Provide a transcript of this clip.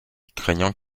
craignant